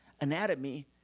anatomy